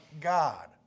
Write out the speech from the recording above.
God